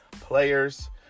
players